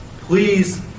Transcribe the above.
please